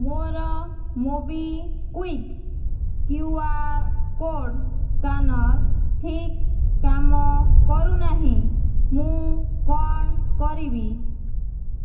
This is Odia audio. ମୋର MobiKwik Q R code scanner ଠିକ କାମ କରୁନାହିଁ ମୁଁ କ'ଣ କରିବି